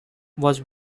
was